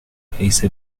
رئیس